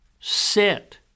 sit